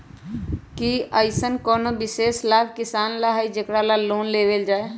कि अईसन कोनो विशेष लाभ किसान ला हई जेकरा ला लोन लेल जाए?